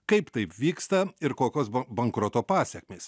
kaip taip vyksta ir kokios bankroto pasekmės